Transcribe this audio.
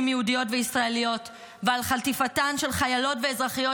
יהודיות וישראליות ועל חטיפתן של חיילות ואזרחיות,